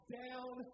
down